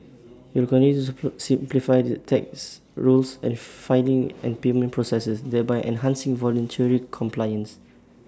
we will continue to put simplify the tax rules and filing and payment processes thereby enhancing voluntary compliance